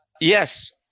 Yes